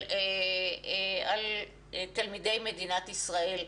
על תלמידי מדינת ישראל.